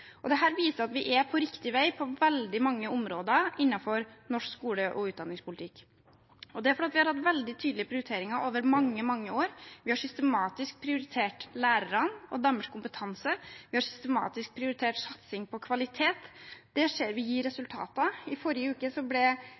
viser at vi er på riktig vei på veldig mange områder innenfor norsk skole- og utdanningspolitikk, og det er fordi vi har hatt veldig tydelige prioriteringer over mange, mange år. Vi har systematisk prioritert lærerne og deres kompetanse, vi har systematisk prioritert satsing på kvalitet. Det ser vi gir resultater. I forrige uke